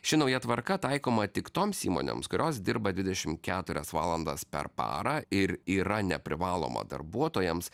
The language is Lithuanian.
ši nauja tvarka taikoma tik toms įmonėms kurios dirba dvidešim keturias valandas per parą ir yra neprivaloma darbuotojams